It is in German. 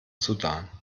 sudan